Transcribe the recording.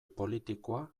politikoa